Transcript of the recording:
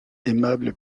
aimable